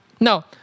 Now